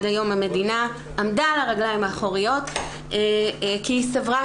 עד היום המדינה עמדה על הרגליים האחוריות כי היא סברה